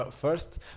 First